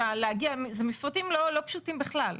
זה מפרטים לא פשוטים בכלל.